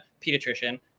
pediatrician